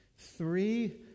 Three